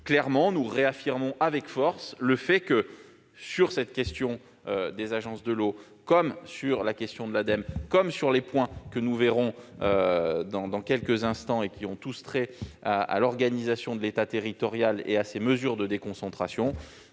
territoires. Nous réaffirmons donc avec force et clarté, sur cette question des agences de l'eau, comme sur la question de l'Ademe et sur les autres points que nous verrons dans quelques instants et qui ont tous trait à l'organisation de l'État territorial et à ces mesures de déconcentration,